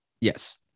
Yes